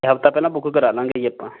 ਹਫਤਾ ਪਹਿਲਾਂ ਬੁੱਕ ਕਰਾ ਲਵਾਂਗੇ ਜੀ ਆਪਾਂ